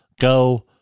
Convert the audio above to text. go